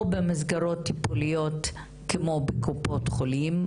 או במסגרות טיפוליות כמו בתי חולים,